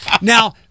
Now